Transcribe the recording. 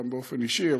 גם באופן אישי,